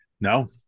No